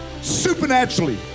Supernaturally